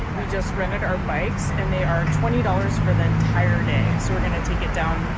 we just rented our bikes and they are twenty dollars for the entire name so we're gonna take it down